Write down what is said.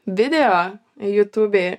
video jutubėj